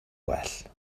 gwell